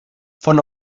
von